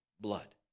blood